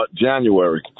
January